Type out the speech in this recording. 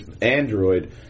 android